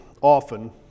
often